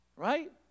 Right